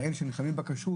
אלה שנלחמים בכשרות,